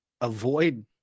avoid